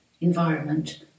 environment